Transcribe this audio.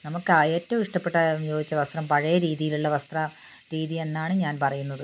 നമുക്ക് ഏറ്റവും ഇഷ്ട്ടപ്പെട്ട യോജിച്ച വസ്ത്രം പഴയ രീതിയിലുള്ള വസ്ത്രരീതി എന്നാണ് ഞാൻ പറയുന്നത്